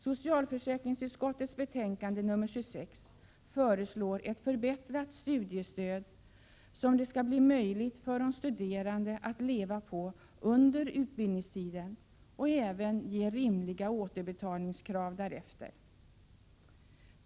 Socialförsäkringsutskottets betänkande nr 26 föreslår ett förbättrat studiestöd, som det skall bli möjligt för de studerande att leva på under utbildningstiden och även ge rimliga återbetalningsvillkor därefter.